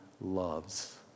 Loves